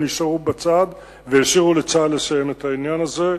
הם נשארו בצד והשאירו לצה"ל לסיים את העניין הזה.